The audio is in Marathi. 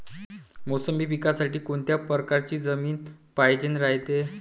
मोसंबी पिकासाठी कोनत्या परकारची जमीन पायजेन रायते?